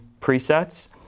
presets